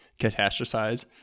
catastrophize